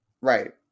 Right